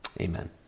Amen